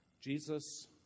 Jesus